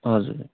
हजुर